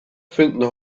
finden